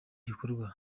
gikorwa